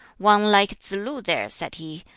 one like tsz-lu there, said he,